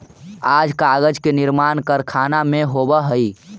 आज कागज के निर्माण कारखाना में होवऽ हई